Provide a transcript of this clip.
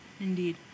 Indeed